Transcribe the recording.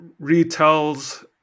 retells